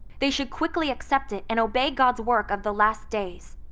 they should quickly accept it and obey god's work of the last days.